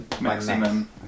maximum